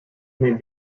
may